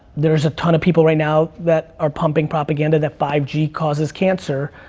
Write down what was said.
there's a ton of people right now that are pumping propaganda that five g causes cancer,